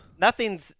Nothing's